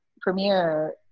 premiere